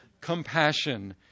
compassion